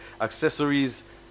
accessories